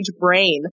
brain